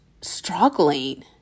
struggling